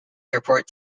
airport